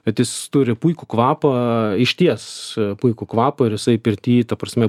kad jis turi puikų kvapą išties puikų kvapą ir jisai pirty ta prasme